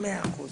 מאה אחוז.